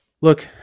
Look